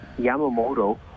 Yamamoto